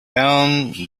found